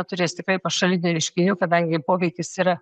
turės tikrai pašalinių reiškinių kadangi poveikis yra